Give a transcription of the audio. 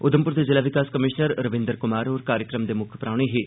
उघमपुर दे जिला विकास कमिशनर रविंदर कुमार होर कार्यक्रम दे मुक्ख परौहने हे